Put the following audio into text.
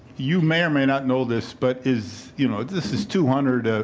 you may or may not know this but is you know this is two hundred ah